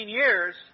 years